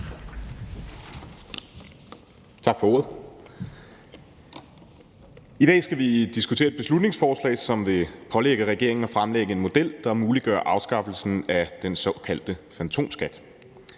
Tak for ordet. I dag skal vi diskutere et beslutningsforslag, som vil pålægge regeringen at fremlægge en model, der muliggør afskaffelsen af den såkaldte fantomskat.